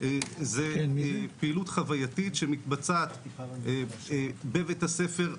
הוא פעילות חווייתית שמתבצעת בבית הספר,